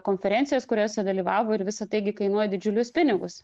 konferencijos kuriose dalyvavo ir visa tai gi kainuoja didžiulius pinigus